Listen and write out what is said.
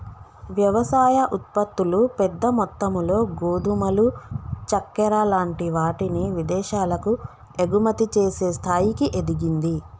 వ్యవసాయ ఉత్పత్తులు పెద్ద మొత్తములో గోధుమలు చెక్కర లాంటి వాటిని విదేశాలకు ఎగుమతి చేసే స్థాయికి ఎదిగింది